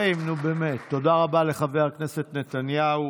הכנסת נתניהו.